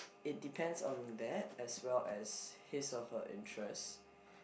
it depends on that as well as his or her interest